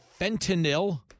fentanyl